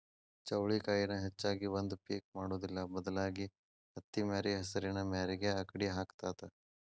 ಚೌಳಿಕಾಯಿನ ಹೆಚ್ಚಾಗಿ ಒಂದ ಪಿಕ್ ಮಾಡುದಿಲ್ಲಾ ಬದಲಾಗಿ ಹತ್ತಿಮ್ಯಾರಿ ಹೆಸರಿನ ಮ್ಯಾರಿಗೆ ಅಕ್ಡಿ ಹಾಕತಾತ